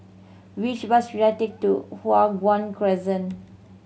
which bus should I take to Hua Guan Crescent